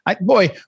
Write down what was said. Boy